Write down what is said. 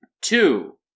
Two